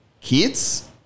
kids